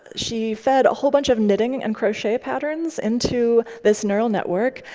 she fed a whole bunch of knitting and crochet patterns into this neural network.